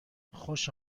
خوش